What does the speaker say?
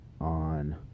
on